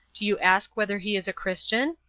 do you ask whether he is a christian?